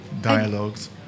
dialogues